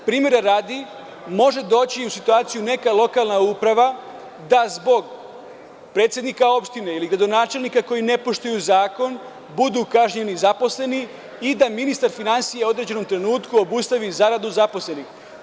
Primera radi, može doći u situaciju neka lokalna uprava da zbog predsednika opštine ili gradonačelnika koji ne poštuju zakon, budu kažnjeni zaposleni i da ministar finansija u određenom trenutku obustavi zaradu zaposlenim.